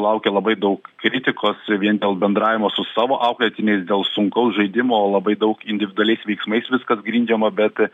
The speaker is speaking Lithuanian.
laukia labai daug kritikos vien dėl bendravimo su savo auklėtiniais dėl sunkaus žaidimo labai daug individualiais veiksmais viskas grindžiama bet